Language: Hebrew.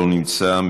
לא נמצא.